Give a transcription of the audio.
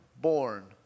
born